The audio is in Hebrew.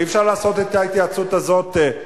אי-אפשר לעשות את ההתייעצות הזאת,